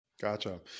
Gotcha